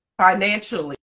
financially